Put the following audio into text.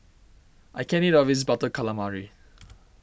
I can't eat all of this Butter Calamari